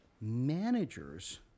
Managers